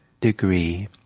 degree